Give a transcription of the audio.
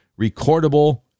recordable